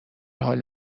حال